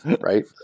right